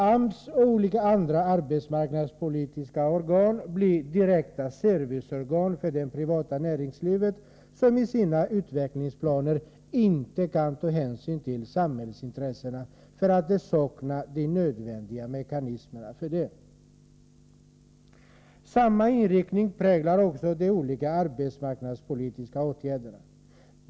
AMS och olika andra arbetsmarknadspolitiska organ blir direkta serviceorgan för det privata näringslivet, som i sina utvecklingsplaner inte kan ta hänsyn till samhällsintressena, eftersom de saknar de nödvändiga mekanis merna för detta. Samma inriktning präglar också de olika arbetsmarknadspolitiska åtgärderna.